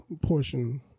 Portion